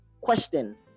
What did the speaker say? question